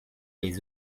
les